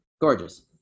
gorgeous